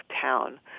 town